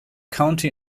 county